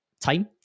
time